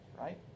right